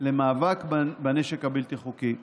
למאבק בנשק הבלתי-חוקי.